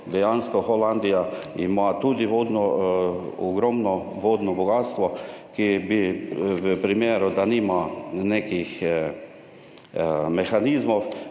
dejansko Holandija ima tudi vodno, ogromno vodno bogastvo, ki bi v primeru, da nima nekih mehanizmov,